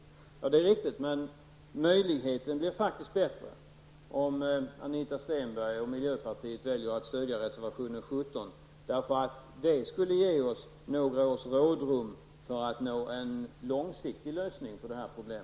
Ja, det är sant, men möjligheten blir faktiskt bättre om miljöpartiet och Anita Stenberg väljer att följa motionen 17. Det skulle ge oss några års rådrum för att nå en långsiktig lösning på detta problem.